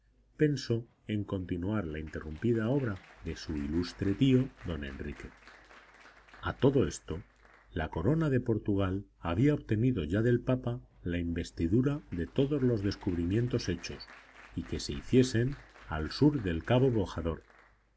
pensó en continuar la interrumpida obra de su ilustre tío don enrique a todo esto la corona de portugal había obtenido ya del papa la investidura de todos los descubrimientos hechos y que se hiciesen al sur del cabo bojador